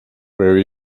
where